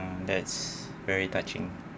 mm that's very touching